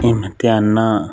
ਇਮਤਿਹਾਨਾਂ